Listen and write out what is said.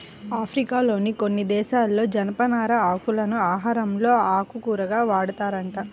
ఆఫ్రికాలోని కొన్ని దేశాలలో జనపనార ఆకులను ఆహారంలో ఆకుకూరగా వాడతారంట